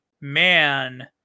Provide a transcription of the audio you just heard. man